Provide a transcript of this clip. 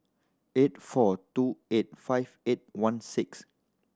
eight four two eight five eight one six